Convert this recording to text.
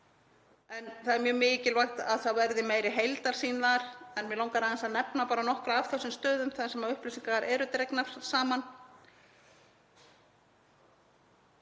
en það er mjög mikilvægt að það verði meiri heildarsýn þar. Mig langar að nefna nokkra af þessum stöðum þar sem upplýsingarnar eru dregnar saman.